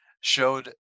showed